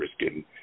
risking